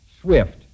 swift